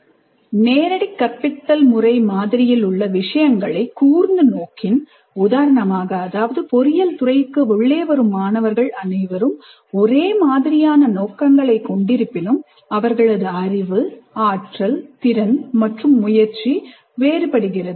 இந்த அணுகுமுறையின் முக்கிய நோக்கம் செயல்திறன் ஆகும் இம்மாதிரியிலுள்ள விஷயங்களை கூர்ந்து நோக்கின் உதாரணமாக அதாவது பொறியியல் துறைக்கு உள்ளே வரும் மாணவர்கள் அனைவரும் ஒரே மாதிரியான நோக்கங்களை கொண்டிருப்பினும் அவர்களது அறிவு ஆற்றல் திறன் மற்றும் முயற்சி வேறுபடுகிறது